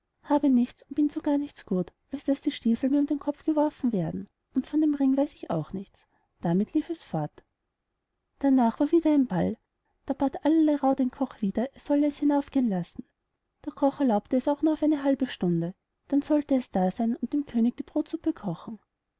habe nichts und bin zu gar nichts gut als daß die stiefel mir um den kopf geworfen werden und von dem ring weiß ich auch nichts damit lief es fort darnach war wieder ein ball da bat allerlei rauh den koch wieder er solle es hinaufgehen lassen der koch erlaubte es auch nur auf eine halbe stunde dann solle es da seyn und dem könig die brodsuppe kochen